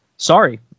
Sorry